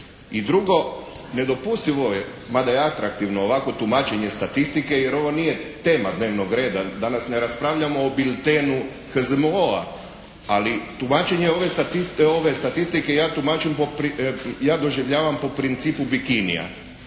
I drugo, nedopustivo je, mada je atraktivno ovakvo tumačenje statistike, jer ovo nije tema dnevnog reda, danas ne raspravljamo o biltena HZMO-a, ali tumačenje ove statistike ja tumačim, ja doživljavam po principu bikinija.